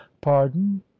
pardon